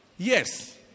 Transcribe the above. Yes